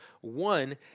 One